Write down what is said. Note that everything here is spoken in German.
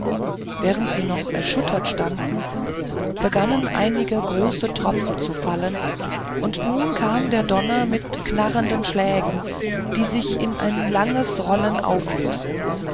während sie noch erschüttert standen begannen einige große tropfen zu fallen und nun kam der donner mit knatternden schlägen die sich in ein langes rollen auflösten